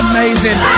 Amazing